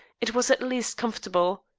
it was at least comfortable.